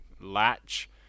Latch